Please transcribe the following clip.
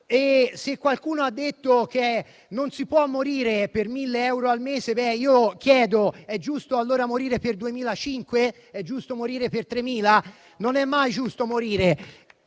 Qualcuno ha detto che non si può morire per mille euro al mese. Io chiedo, allora, se è giusto morire per 2.500 euro o se è giusto morire per 3.000 euro? Non è mai giusto morire,